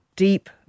deep